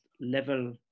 level